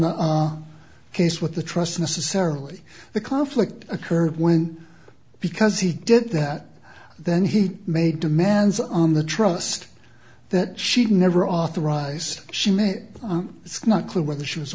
the case with the trust necessarily the conflict occurred when because he did that then he made demands on the trust that she never authorize she met it's not clear whether she was